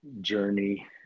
journey